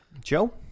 Joe